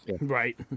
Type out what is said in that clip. Right